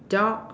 dog